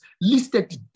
listed